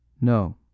No